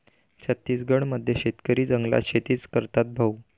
छत्तीसगड मध्ये शेतकरी जंगलात शेतीच करतात भाऊ